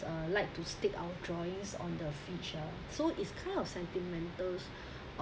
uh like to stick our drawings on the features so it's kind of sentimental